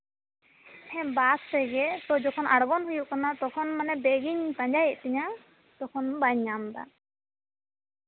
ᱦᱮᱸ ᱵᱟᱥ ᱨᱮᱜᱮ ᱡᱚᱠᱷᱚᱱ ᱟᱲᱜᱚᱱ ᱦᱩᱭᱩᱜ ᱠᱟᱱᱟ ᱛᱚᱠᱷᱚᱱ ᱵᱮᱜᱤᱧ ᱯᱟᱸᱡᱟᱭᱮᱜ ᱛᱤᱧᱟ ᱛᱚᱠᱷᱚᱱ ᱵᱟᱹᱧ ᱧᱟᱢ ᱮᱫᱟ